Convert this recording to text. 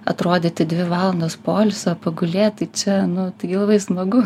atrodyti dvi valandos poilsio pagulėt tai čia nu tai labai smagu